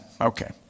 okay